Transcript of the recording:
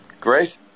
Great